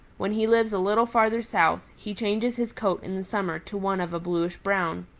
when he lives a little farther south, he changes his coat in the summer to one of a bluish-brown.